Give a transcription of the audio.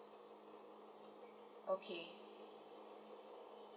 okay